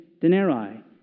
denarii